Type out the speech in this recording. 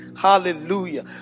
hallelujah